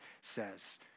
says